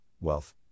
wealth